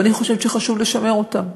ואני חושבת שחשוב לשמר אותן,